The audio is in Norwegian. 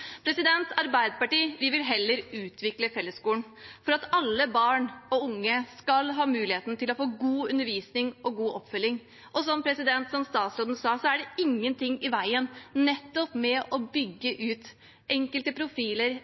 Arbeiderpartiet vil heller utvikle fellesskolen, for at alle barn og unge skal ha muligheten til å få god undervisning og god oppfølging. Og som statsråden sa, er det ingenting i veien for å bygge ut enkelte profiler